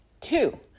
Two